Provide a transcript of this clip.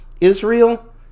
israel